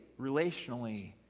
relationally